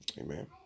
Amen